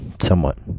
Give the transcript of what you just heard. somewhat